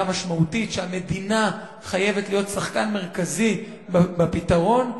משמעותית ושהמדינה חייבת להיות שחקן משמעותי בפתרון.